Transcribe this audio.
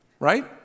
right